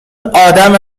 آدم